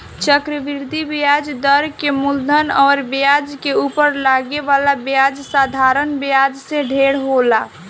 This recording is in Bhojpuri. चक्रवृद्धि ब्याज दर के मूलधन अउर ब्याज के उपर लागे वाला ब्याज साधारण ब्याज से ढेर होला